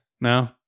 no